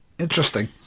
Interesting